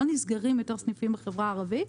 לא נסגרים יותר סניפים בחברה הערבית,